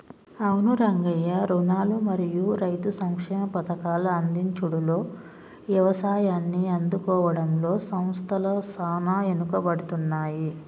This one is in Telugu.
అవును రంగయ్య రుణాలు మరియు రైతు సంక్షేమ పథకాల అందించుడులో యవసాయాన్ని ఆదుకోవడంలో సంస్థల సాన ఎనుకబడుతున్నాయి